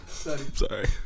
Sorry